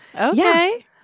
Okay